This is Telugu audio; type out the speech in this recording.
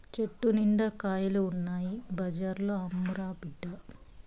చెట్టు నిండా కాయలు ఉన్నాయి బజార్లో అమ్మురా బిడ్డా